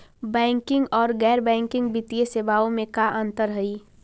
Banking और गैर banking वित्तीय सेवाओं में का अंतर हइ?